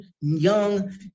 young